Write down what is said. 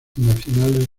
nacionales